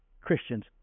Christians